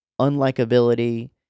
unlikability